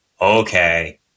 okay